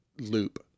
loop